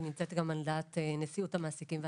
ונמצאת גם על דעת נשיאות המעסיקים והעסקים.